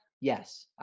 yes